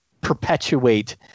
perpetuate